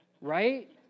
right